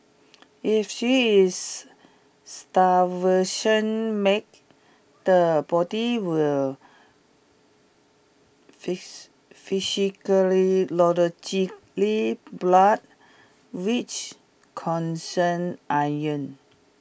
if she is starvation make the body will physically blood which concern iron